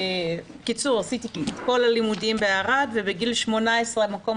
עשיתי את כל הלימודים בערד ובגיל 18 המקום